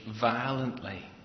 violently